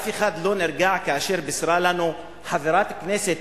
אף אחד לא נרגע כאשר בישרה לנו חברת הכנסת